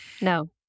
No